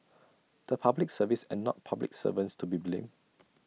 the Public Service and not public servants to be blamed